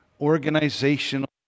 organizational